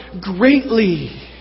greatly